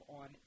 on